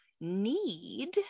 need